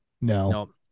no